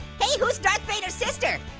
hey who's darth vader's sister?